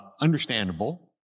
understandable